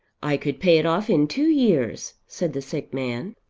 i could pay it off in two years, said the sick man.